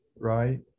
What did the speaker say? right